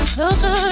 Closer